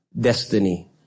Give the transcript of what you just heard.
destiny